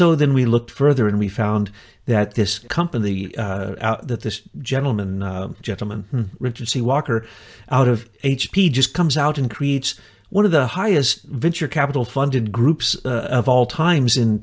so then we looked further and we found that this company that this gentleman gentleman richard c walker out of h p just comes out and creates one of the highest venture capital funded groups of all times in